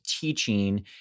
teaching